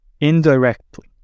indirectly